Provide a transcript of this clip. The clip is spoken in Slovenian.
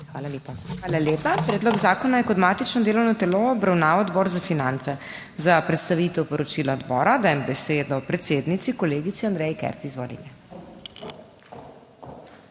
MEIRA HOT: Hvala lepa. Predlog zakona je kot matično delovno telo obravnaval Odbor za finance. Za predstavitev poročila odbora dajem besedo predsednici, kolegici Andreji Kert. Izvolite.